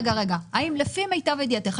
לפי מיטב ידיעתך,